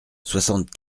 soixante